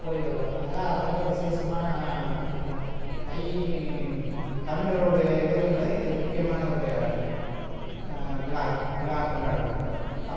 போய் வருவாங்க அதா ரொம்ப விசேஷமாக இருக்குதுங்க தை தமிழரோடைய இதுகள்ல இது முக்கியமான ஒரு விழா கொண்டாடுவாங்க